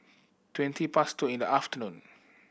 twenty past two in the afternoon